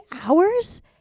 hours